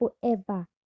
forever